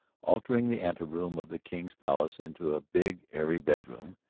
altering the anteroom of the king's palace into a big airy bedroom.